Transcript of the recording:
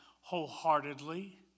wholeheartedly